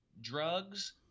drugs